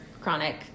chronic